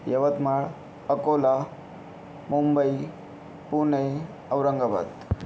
Yavatmal Akola Mumbai Pune Aurangabad